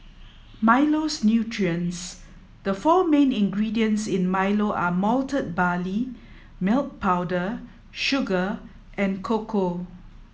Milo's nutrients The four main ingredients in Milo are malted barley milk powder sugar and cocoa